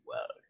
world